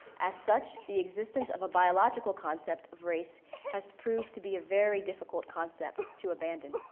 as such, the existence of a biological concept of race has proved to be a very difficult concept to abandon.